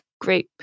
group